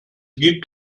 gibt